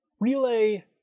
Relay